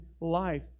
life